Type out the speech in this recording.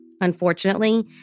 Unfortunately